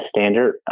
standard